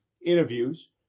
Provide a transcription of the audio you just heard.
interviews